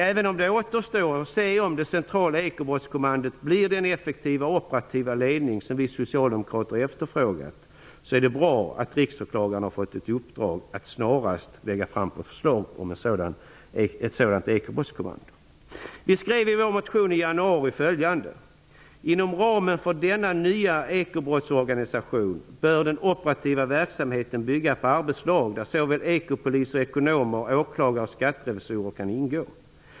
Även om det återstår att se om det centrala ekobrottskommandot blir den effektiva, operativa ledning som vi socialdemokrater har efterfrågat är det bra att riksåklagaren har fått i uppdrag att snarast lägga fram ett förslag om ett ekobrottskommando. Vi skrev i vår motion i januari följande: Inom ramen för denna nya ekobrottsorganisation bör den operativa verksamheten bygga på arbetslag, där såväl ekopoliser, ekonomer, åklagare och skatterevisorer kan ingå.